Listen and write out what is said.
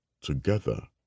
together